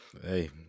hey